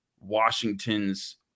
Washington's